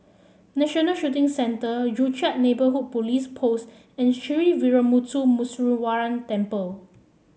National Shooting Centre Joo Chiat Neighbourhood Police Post and Sree Veeramuthu Muneeswaran Temple